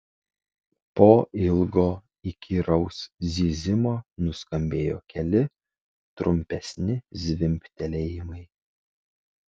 po ilgo įkyraus zyzimo nuskambėjo keli trumpesni zvimbtelėjimai